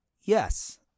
yes